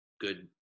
good